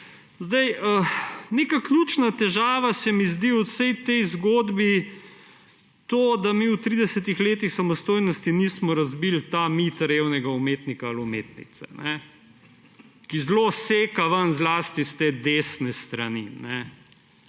za uvod. Ključna težava se mi zdi v vsej tej zgodbi to, da mi v 30 letih samostojnosti nismo razbili mita revnega umetnika ali umetnice, ki zelo seka ven zlasti s te desne strani.